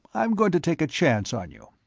i'm going to take a chance on you.